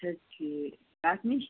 اچھا ٹھیٖک کَتھ نِش